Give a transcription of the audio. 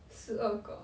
十二个